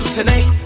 Tonight